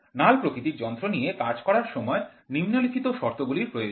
নাল প্রকৃতির যন্ত্র নিয়ে কাজ করার সময় নিম্নলিখিত শর্তগুলির প্রয়োজন